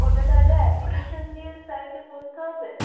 ওটা তাহলে অ্যাপ্লিকেশন দিয়ে স্যারকে বলতে হবে